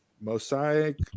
mosaic